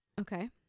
okay